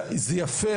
וזה יפה,